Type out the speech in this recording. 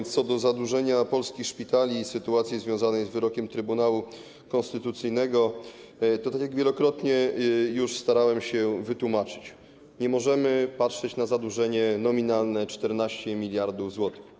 Co do zadłużenia polskich szpitali i sytuacji związanej z wyrokiem Trybunału Konstytucyjnego to tak jak wielokrotnie już starałem się wytłumaczyć: nie możemy patrzeć na zadłużenie nominalne, 14 mld zł.